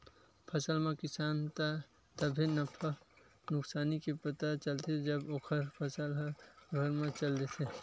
फसल म किसान ल तभे नफा नुकसानी के पता चलथे जब ओखर फसल ह घर म चल देथे